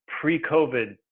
pre-COVID